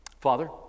Father